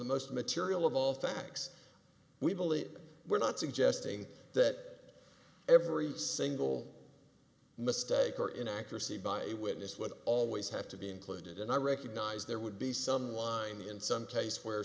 the most material of all facts we believe we're not suggesting that every single mistake or inaccuracy by a witness will always have to be included and i recognize there would be some wind in some cases where